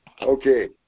Okay